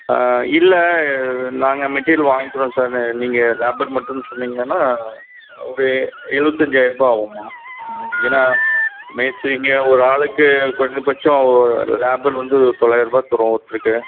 இல்லை நாங்கள் மெட்டீரியல் வாங்கிக்கிறோம் சார் நீங்கள் லேபர் மட்டும் சொன்னீங்கனா ஒரு எழுபத்தஞ்சாயிரம் ரூபாய் ஆகும்மா ஏன்னா மேஸ்திரிங்க ஒரு ஆளுக்கு குறைஞ்ச பட்சம் லேபர் வந்து தொள்ளாயிரம் ரூபாய் தர்றோம் ஒருத்தருக்கு